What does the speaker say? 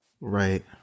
Right